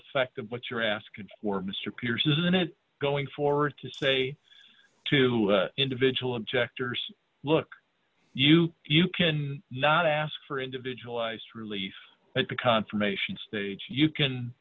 effect of what you're asking for mister pierce isn't it going forward to say to individual objectors look you you can not ask for individualized relief at the confirmation stage you can